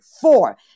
four